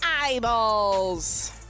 eyeballs